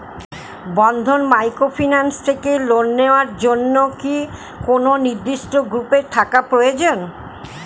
বন্ধন microfinance থেকে loan নেওয়ার জন্য কি কোন নির্দিষ্ট গ্রুপে থাকা প্রয়োজন?